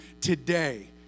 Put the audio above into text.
today